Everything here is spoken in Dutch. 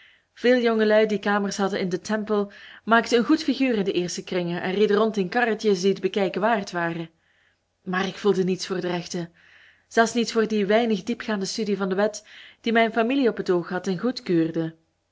veel jongelui die kamers hadden in den temple maakten een goed figuur in de eerste kringen en reden rond in karretjes die t bekijken waard waren maar ik voelde niets voor de rechten zelfs niet voor die weinig diepgaande studie van de wet die mijn familie op het oog had en goedkeurde